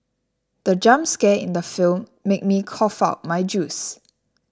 the jump scare in the film made me cough out my juice